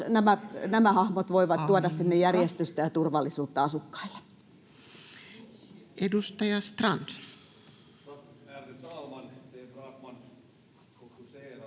Aika!] voivat tuoda sinne järjestystä ja turvallisuutta asukkaille. Edustaja Strand.